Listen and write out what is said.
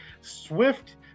Swift